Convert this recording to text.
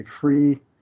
free